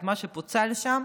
את מה שפוצל שם,